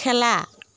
খেলা